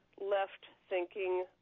left-thinking